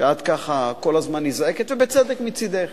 שאת כל הזמן נזעקת, ובצדק מצדך,